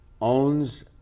owns